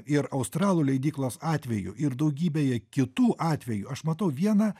ir australų leidyklos atveju ir daugybėje kitų atvejų aš matau vieną